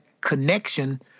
connection